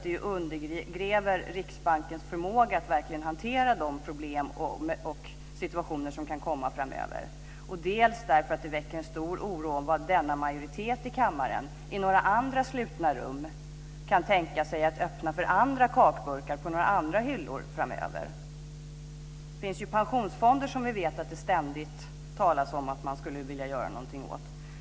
Dels undergräver det Riksbankens förmåga att verkligen hantera de problem och situationer som kan komma framöver, dels väcker det en stor oro om vad denna majoritet i kammaren i andra slutna rum kan tänka sig att öppna för andra kakburkar på andra hyllor framöver. Det finns ju pensionsfonder, som vi vet att det ständigt talas om att man skulle vilja göra någonting åt.